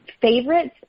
favorites